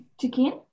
Chicken